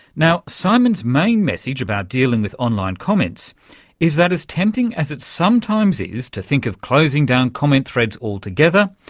now, simon's main message about dealing with online comments is that as tempting as it sometimes is to think of closing down comment threads altogether,